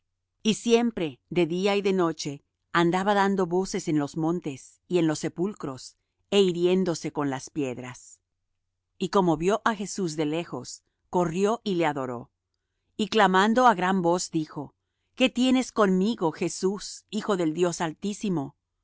y siempre de día y de noche andaba dando voces en los montes y en los sepulcros é hiriéndose con las piedras y como vió á jesús de lejos corrió y le adoró y clamando á gran voz dijo qué tienes conmigo jesús hijo del dios altísimo